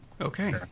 Okay